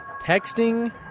Texting